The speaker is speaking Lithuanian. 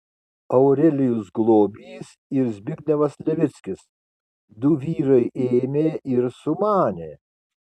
aurelijus globys ir zbignevas levickis du vyrai ėmė ir sumanė